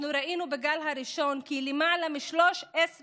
אנחנו ראינו בגל הראשון כי למעלה מ-13,000